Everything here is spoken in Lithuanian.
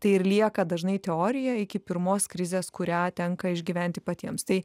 tai ir lieka dažnai teorija iki pirmos krizės kurią tenka išgyventi patiems tai